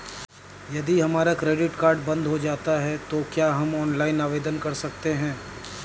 यदि हमारा credit card बंद हो जाता है तो क्या हम ऑनलाइन आवेदन कर सकते हैं?